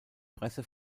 presse